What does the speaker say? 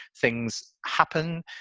things happen.